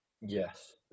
Yes